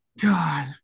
god